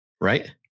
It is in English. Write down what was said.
right